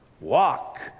walk